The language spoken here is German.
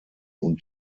und